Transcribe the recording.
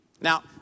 Now